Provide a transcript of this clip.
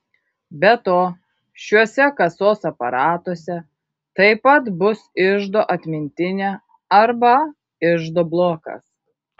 be to šiuose kasos aparatuose taip pat bus iždo atmintinė arba iždo blokas